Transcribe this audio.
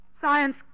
Science